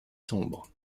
sombre